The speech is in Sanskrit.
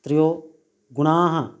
त्रयो गुणाः